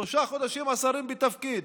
שלושה חודשים השרים בתפקיד.